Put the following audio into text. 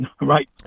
Right